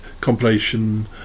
compilation